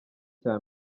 cya